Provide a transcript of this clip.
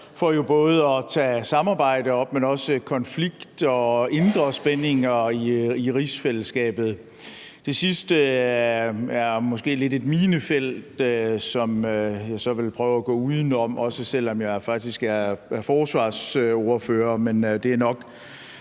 for både at tage samarbejdet, men også konflikt og indre spændinger i rigsfællesskabet op. Det sidste er måske lidt et minefelt, som jeg så vil prøve at gå udenom, også selv om jeg faktisk er forsvarsordfører, men det er nok